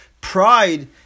pride